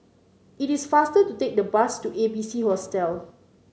it is faster to take the bus to A B C Hostel